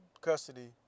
custody